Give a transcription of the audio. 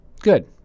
Good